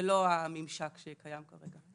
הממשק שקיים כרגע.